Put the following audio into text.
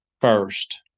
first